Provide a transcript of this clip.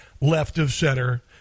left-of-center